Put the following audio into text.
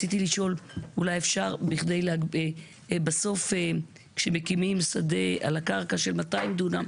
אולי אפשר בסוף כשמקימים שדה על הקרקע של 200 דונם,